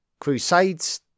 Crusades